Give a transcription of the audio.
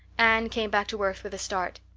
anne came back to earth with a start.